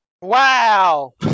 wow